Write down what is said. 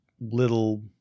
little